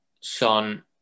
Son